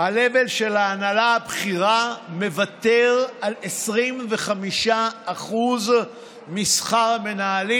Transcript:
ה-level של ההנהלה הבכירה מוותר על 25% משכר המנהלים.